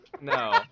No